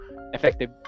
effective